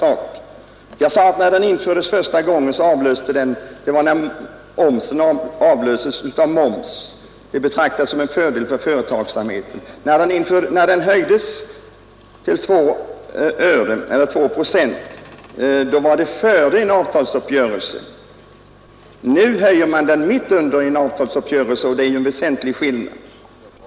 Arbetsgivaravgiften infördes första gången när omsen avlöstes av momsen, och denna avlösning betraktades som fördel för företagsamheten. När den höjdes till 2 procent skedde det före en avtalsuppgörelse. Nu höjer man den mitt under en avtalsperiod, detta är en väsentlig skillnad.